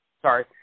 Sorry